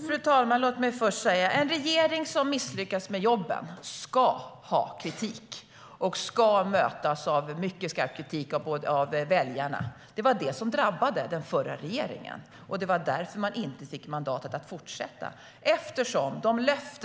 Fru talman! Låt mig först säga en sak. En regering som misslyckas med jobben ska ha kritik och ska mötas av mycket skarp kritik av väljarna. Det var det som drabbade den förra regeringen. Det var därför man inte fick mandatet att fortsätta.